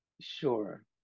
Sure